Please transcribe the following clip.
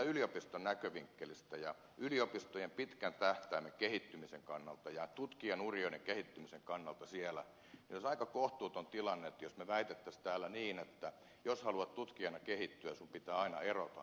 yliopistojen näkövinkkelistä ja yliopistojen pitkän tähtäimen kehittymisen kannalta ja tutkijoiden urien kehittymisen kannalta olisi aika kohtuuton tilanne jos me väittäisimme täällä niin että jos haluat tutkijana kehittyä sinun pitää aina erota yliopistosta